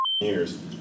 years